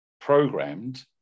programmed